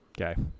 Okay